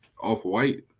off-white